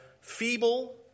feeble